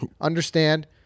understand